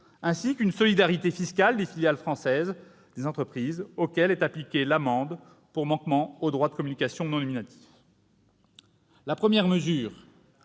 ainsi qu'une solidarité fiscale des filiales françaises des entreprises auxquelles est appliquée l'amende pour manquement au droit de communication non nominatif. La première mesure